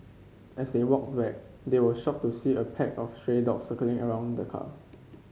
as they walked back they were shocked to see a pack of stray dogs circling around the car